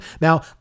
Now